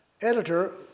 editor